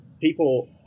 People